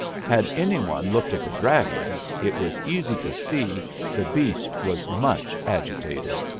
had anybody looked at the dragon, it was easy to see the beast was much agitated.